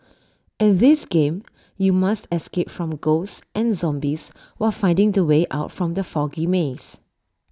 in this game you must escape from ghosts and zombies while finding the way out from the foggy maze